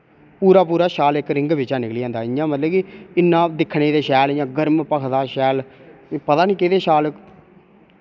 पूरा पूरा शाल इक रिंग बिच्चा निकली जंदा इ'यां मतलब कि इन्ना दिक्खने ते शैल इ'यां गर्म भखदा शैल पता निं कैह्दे शाल